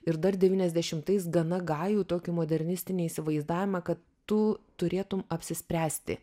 ir dar devyniasdešimtais gana gajų tokį modernistinį įsivaizdavimą kad tu turėtum apsispręsti